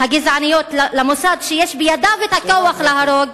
הגזעניות למוסד שיש בידיו כוח להרוג,